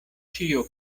ĉio